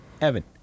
Evan